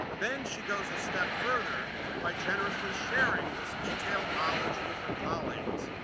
then she goes a step further by generously sharing this detailed knowledge with her colleagues.